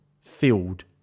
filled